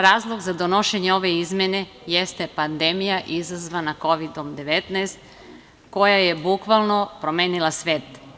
Razlog za donošenje izmene jeste pandemija izazvana Kovidom 19 koja je bukvalno promenila svet.